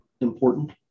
important